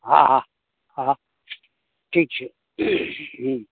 હા હા હા હા ઠીક છે હમ